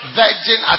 virgin